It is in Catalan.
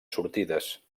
sortides